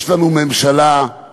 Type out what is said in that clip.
יש לנו ממשלה שבה